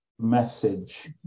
message